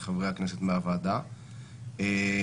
אזרחים ילידי חו"ל.